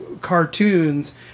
cartoons